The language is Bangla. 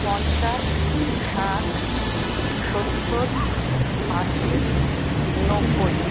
পঞ্চাশ ষাট সত্তর আশি নব্বই